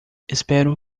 espero